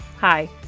Hi